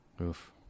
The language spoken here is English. Oof